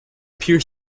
pear